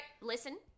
listen